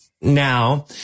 now